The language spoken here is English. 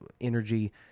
energy